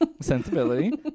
sensibility